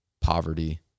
poverty